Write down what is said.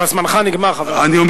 אבל זמנך נגמר, חבר הכנסת.